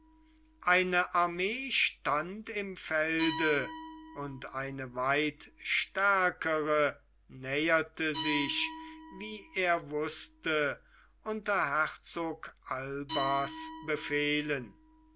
eine armee stand im felde und eine weit stärkere näherte sich wie er wußte unter herzog albas befehlen